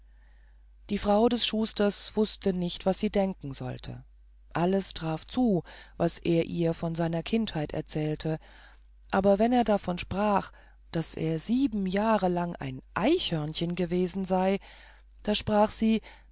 die frau des schusters wußte nicht was sie denken sollte alles traf zu was er ihr von seiner kindheit erzählte aber wenn er davon sprach daß er sieben jahre lang ein eichhörnchen gewesen sei da sprach sie